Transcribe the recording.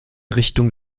richtung